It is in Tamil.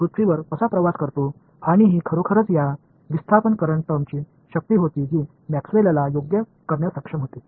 இது உண்மையில் இந்த டிஸ்பிளாஸ்ட்மென்ட் கரண்ட் வெளிப்பாடின் சக்தியாக இருந்தது இது மேக்ஸ்வெல் சரியாக செய்ய முடிந்தது